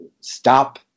stop